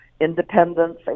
independence